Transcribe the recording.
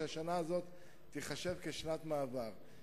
שהשנה הזאת תיחשב לשנת מעבר.